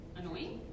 annoying